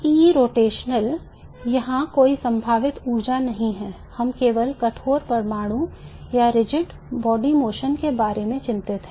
E rotational यहां कोई संभावित ऊर्जा नहीं है हम केवल कठोर परमाणु rigid body motion के बारे में चिंतित हैं